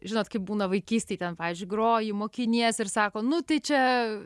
žinot kaip būna vaikystėj ten pavyzdžiui groji mokinies ir sako nu tai čia